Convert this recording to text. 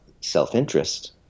self-interest